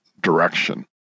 Direction